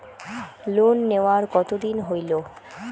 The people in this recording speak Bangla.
লোন নেওয়ার কতদিন হইল?